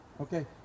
Okay